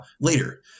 later